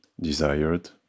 desired